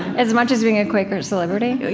as much as being a quaker celebrity?